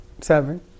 Seven